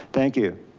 thank you.